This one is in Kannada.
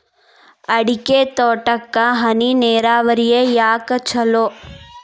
ಅಡಿಕೆ ತೋಟಕ್ಕ ಹನಿ ನೇರಾವರಿಯೇ ಯಾಕ ಛಲೋ?